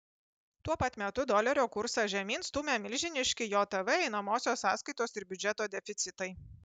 tuo pat metu dolerio kursą žemyn stumia milžiniški jav einamosios sąskaitos ir biudžeto deficitai